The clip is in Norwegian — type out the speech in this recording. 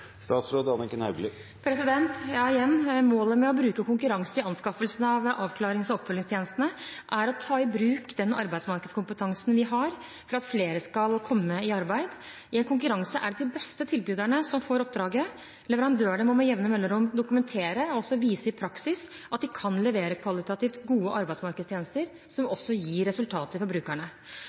Igjen er målet med å bruke konkurranse i anskaffelsen av avklarings- og oppfølgingstjenestene å ta i bruk den arbeidsmarkedskompetansen vi har, for at flere skal komme i arbeid. I en konkurranse er det de beste tilbyderne som får oppdraget. Leverandørene må med jevne mellomrom dokumentere og også vise i praksis at de kan levere kvalitativt gode arbeidsmarkedstjenester som også gir resultater for brukerne.